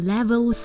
Level